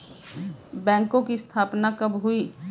बैंकों की स्थापना कब हुई?